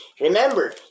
remember